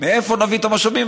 מאיפה נביא את המשאבים?